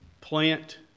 plant